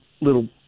little